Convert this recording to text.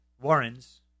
Warrens